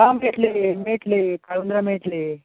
हय मेळटली मेळटली काळुंदरा मेळटली